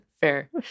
Fair